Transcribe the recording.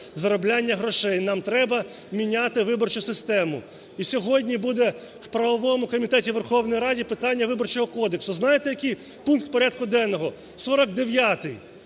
заробляння грошей. Нам треба міняти виборчу систему. І сьогодні буде в правовому комітеті Верховної Ради питання Виборчого кодексу. Знаєте, який пункт порядку денного? 49-й,